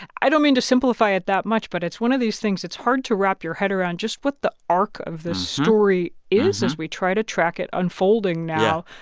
i don't mean to simplify it that much, but it's one of these things. it's hard to wrap your head around just what the arc of this story is as we try to track it unfolding now,